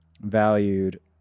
valued